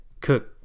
Cook